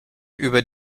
über